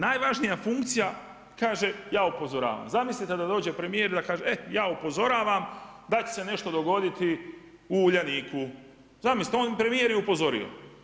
Najvažnija funkcija, kaže ja upozoravam, zamislite da dođe premijer da kaže, e ja upozoravam da će se nešto dogoditi u Uljaniku, zamislite premijer je upozorio.